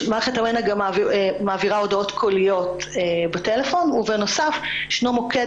מערכת המנע גם מעבירה הודעות קוליות בטלפון ובנוסף יש מוקד